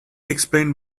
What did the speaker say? explained